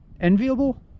enviable